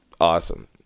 awesome